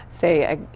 say